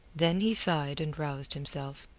then he sighed and roused himself.